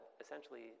essentially